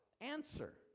answer